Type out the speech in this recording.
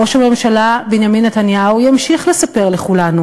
ראש הממשלה בנימין נתניהו ימשיך לספר לכולנו